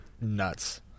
nuts